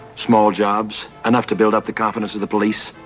small jobs enough to build up the confidence of the police.